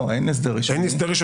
יש הסדר ראשוני.